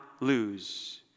lose